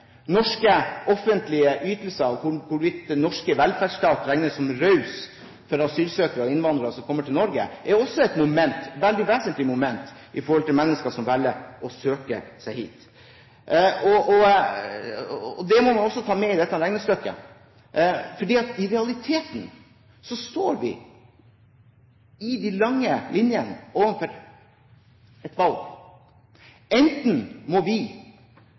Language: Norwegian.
Norske offentlige ytelser og hvorvidt den norske velferdsstat regnes som raus for asylsøkere og innvandrere som kommer til Norge, er også et veldig vesentlig moment for mennesker som velger å søke seg hit. Det må man også ta med i dette regnestykket. I realiteten står vi overfor et valg når det gjelder de lange linjene. Enten må vi i langt sterkere grad stramme inn på innvandringspolitikken, asylpolitikken og familieinnvandringspolitikken, eller så må vi